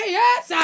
yes